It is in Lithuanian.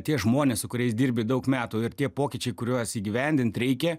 tie žmonės su kuriais dirbi daug metų ir tie pokyčiai kuriuos įgyvendint reikia